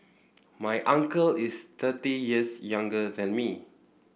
my uncle is thirty years younger than me